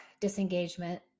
disengagement